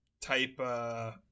type